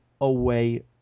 away